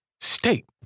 state